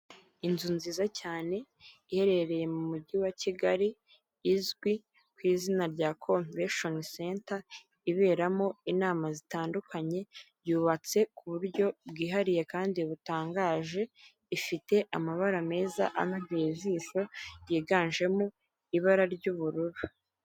Inzu nziza cyane iherereye mu mujyi wa Kigali izwi ku izina rya komveshoni senta iberamo inama zitandukanye yubatse ku buryo bwihariye kandi butangaje ifite amabara meza anogeye ijisho yiganjemo ibara ry'ubururu.